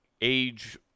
age